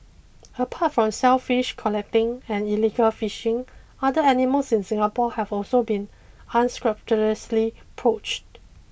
apart from shellfish collecting and illegal fishing other animals in Singapore have also been unscrupulously poached